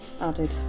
added